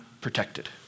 protected